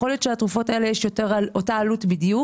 יכול להיות שלתרופות האלה יש יותר על אותה עלות בדיוק